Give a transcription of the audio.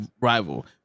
rival